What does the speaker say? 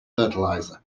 fertilizer